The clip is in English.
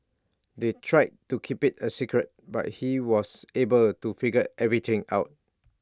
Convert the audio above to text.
they tried to keep IT A secret but he was able to figure everything out